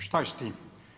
Šta je s tim?